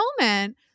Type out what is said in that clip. moment